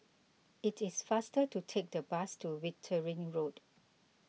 it is faster to take the bus to Wittering Road